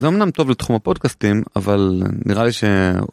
זה אמנם טוב לתחום הפודקאסטים אבל נראה לי ש.